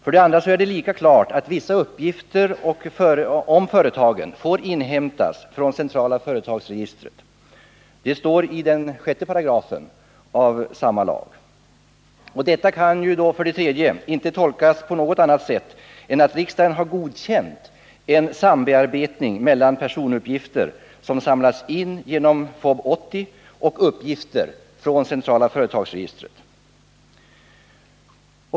För det andra är det lika klart att vissa uppgifter om företag får inhämtas från centrala företagsregistret. Det står i samma lags 6 §. Detta kan, för det tredje. inte tolkas på något annat sätt än att riksdagen har godkänt en sambearbetning mellan personuppgifter som samlas in genom FoB 80 och uppgifter från centrala företagsregistret.